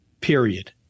period